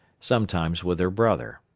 sometimes with her brother.